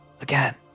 again